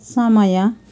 समय